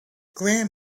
graham